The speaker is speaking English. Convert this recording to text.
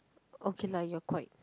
okay lah you are quite